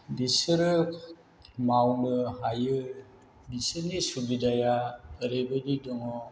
बिसोरो मावनो हायो बिसोरनि सुबिदाया ओरैबायदि दङ